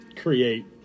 create